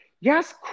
yes